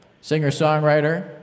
Singer-songwriter